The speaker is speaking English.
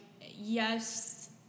yes